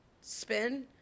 spin